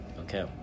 Okay